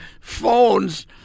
phones